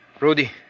Rudy